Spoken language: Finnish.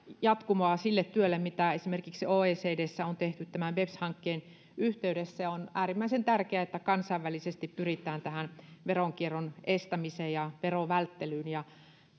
jatkumoa sille työlle mitä esimerkiksi oecdssä on tehty tämän beps hankkeen yhteydessä ja on äärimmäisen tärkeää että kansainvälisesti pyritään tähän veronkierron ja verovälttelyn estämiseen ja